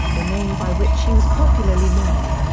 the name by which she was popularly known.